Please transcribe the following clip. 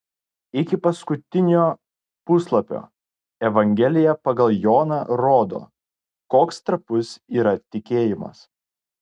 iki paskutinio puslapio evangelija pagal joną rodo koks trapus yra tikėjimas